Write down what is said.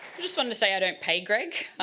just want to say i don't pay greig,